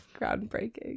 groundbreaking